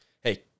hey